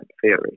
theory